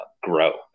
grow